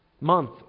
month